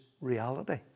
reality